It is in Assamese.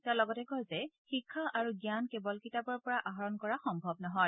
তেওঁ লগতে কয় যে শিক্ষা আৰু জ্ঞান কেৱল কিতাপৰ পৰা আহৰণ কৰা সম্ভৱ নহয়